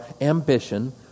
ambition